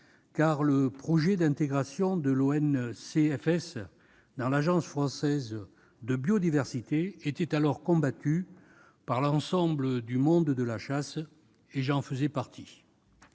car le projet d'intégration de l'ONCFS dans l'Agence française de biodiversité était alors combattu par l'ensemble du monde de la chasse, dont je faisais partie.